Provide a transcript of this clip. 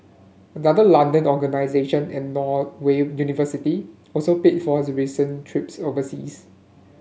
another London organisation and a Norway university also paid for his recent trips overseas